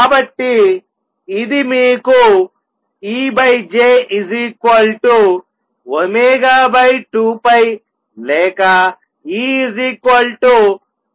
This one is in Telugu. కాబట్టి ఇది మీకు EJ2π లేక EνJఇస్తుంది